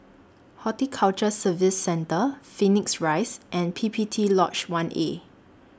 Horticulture Services Centre Phoenix Rise and P P T Lodge one A